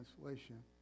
translation